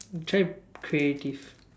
try creative